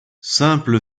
simple